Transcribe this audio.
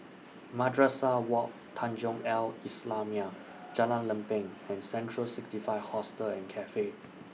Madrasah Wak Tanjong Al Islamiah Jalan Lempeng and Central sixty five Hostel and Cafe